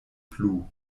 plu